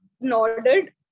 nodded